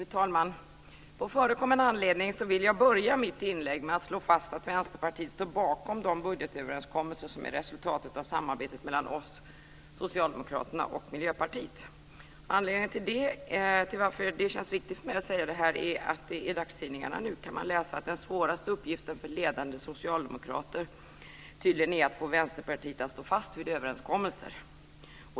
Fru talman! På förekommen anledning vill jag börja mitt inlägg med att slå fast att Vänsterpartiet står bakom de budgetöverenskommelser som är resultatet av samarbetet mellan oss, Socialdemokraterna och Miljöpartiet. Anledningen till att det känns viktigt för mig att säga detta är att man i dagstidningarna nu kan läsa att den svåraste uppgiften för ledande socialdemokrater tydligen är att få Vänsterpartiet att stå fast vid överenskommelser.